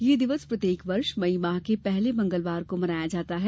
यह दिवस प्रत्येक वर्ष मई माह के पहले मंगलवार को मनाया जाता है